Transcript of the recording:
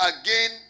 again